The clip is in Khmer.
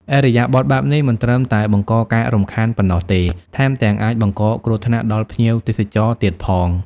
ឥរិយាបថបែបនេះមិនត្រឹមតែបង្កការរំខានប៉ុណ្ណោះទេ ថែមទាំងអាចបង្កគ្រោះថ្នាក់ដល់ភ្ញៀងទេសចរទៀតផង។